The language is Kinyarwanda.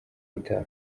itaha